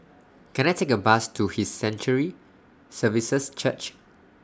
Can I Take A Bus to His Sanctuary Services Church